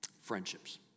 Friendships